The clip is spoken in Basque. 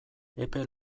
epe